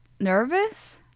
nervous